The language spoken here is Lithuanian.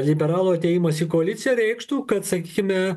liberalų atėjimas į koaliciją reikštų kad sakykime